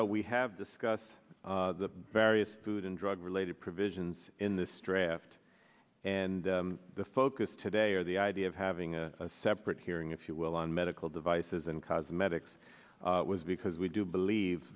know we have discussed the various food and drug related provisions in this draft and the focus today or the idea of having a separate hearing if you will on medical devices and cosmetics was because we do believe